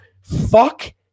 fuck